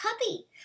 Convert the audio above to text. puppy